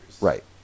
Right